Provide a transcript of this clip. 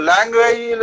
Language